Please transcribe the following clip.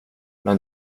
men